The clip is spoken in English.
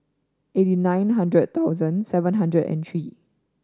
eighty nine hundred thousand seven hundred and three